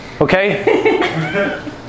Okay